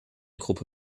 gruppe